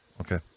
Okay